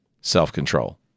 self-control